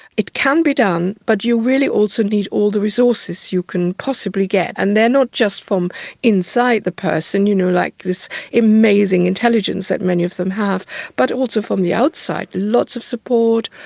it can be done, but you really also need all the resources you can possibly get. and they are not just from inside the person you know, like this amazing intelligence that many of them have but also from the outside lots of support,